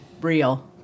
real